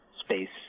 space